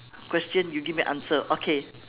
question you give me answer okay